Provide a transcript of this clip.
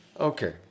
Okay